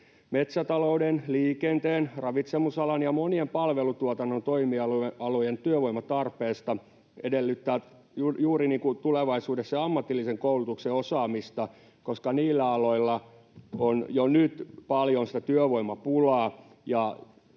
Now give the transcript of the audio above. Metsätalouden, liikenteen, ravitsemusalan ja monien palvelutuotannon toimialojen työvoimatarve edellyttää juuri tulevaisuudessa ammatillisen koulutuksen osaamista, koska niillä aloilla on jo nyt paljon työvoimapulaa.